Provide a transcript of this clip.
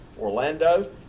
Orlando